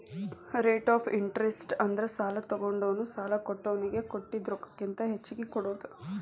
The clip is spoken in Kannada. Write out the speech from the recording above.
ರೇಟ್ ಆಫ್ ಇಂಟರೆಸ್ಟ್ ಅಂದ್ರ ಸಾಲಾ ತೊಗೊಂಡೋನು ಸಾಲಾ ಕೊಟ್ಟೋನಿಗಿ ಕೊಟ್ಟಿದ್ ರೊಕ್ಕಕ್ಕಿಂತ ಹೆಚ್ಚಿಗಿ ಕೊಡೋದ್